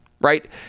Right